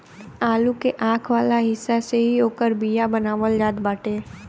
आलू के आंख वाला हिस्सा से ही ओकर बिया बनावल जात बाटे